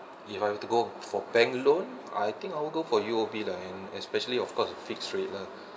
if I have to go for bank loan I think I will go for U_O_B lah and especially of course fixed rate lah